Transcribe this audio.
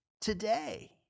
today